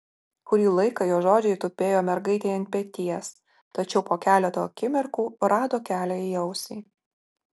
kurį laiką jo žodžiai tupėjo mergaitei ant peties tačiau po keleto akimirkų rado kelią į ausį